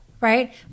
right